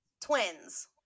twins